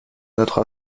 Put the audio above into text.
notre